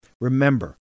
Remember